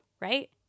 right